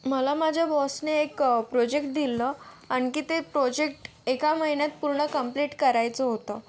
मला माझ्या बॉसने एक प्रोजेक्ट दिलं आणखी ते प्रोजेक्ट एका महिन्यात पूर्ण कम्प्लीट करायचं होतं